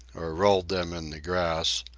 or rolled them in the grass,